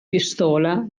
pistola